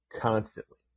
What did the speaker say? constantly